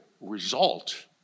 result